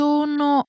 Sono